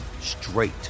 straight